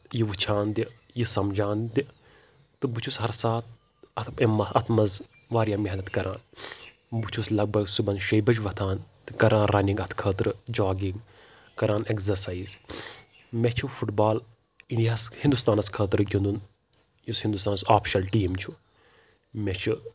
یہِ وُچھان تہِ یہِ سمجھان تہِ تہٕ بہٕ چھُ ہَر ساتہٕ امہِ اَتھ منٛز واریاہ محنت کران بہٕ چھُس لگ بگ صبٮحن شیٚیہِ بَجہِ وۄتھان تہٕ کران رَنِگ اَتھ خٲطرٕ جاگِنگ کران اٮ۪کزرسَیز مےٚ چھُ فٹ بال اِنٛڑیا ہس ہِنٛدُستانَس خٲطرٕ گِندُن یُس ہِندُستانس آفشل ٹیٖم چھُ مےٚ چھُ